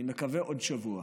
אני מקווה, עוד שבוע.